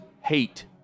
hate